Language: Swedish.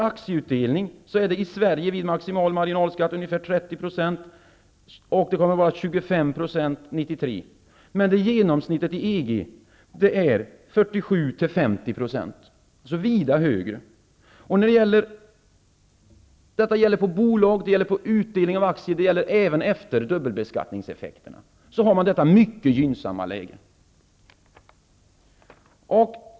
Maximal marginalskatt vid aktieutdelning är i Sverige ungefär 30 %, och den kommer att bli ungefär 25 % 1993. Genomsnittet i EG är 47--50 %, dvs. vida högre. Det här gäller bolag och utdelning på aktier, och även efter dubbelbeskattningseffekterna råder detta mycket gynnsamma läge.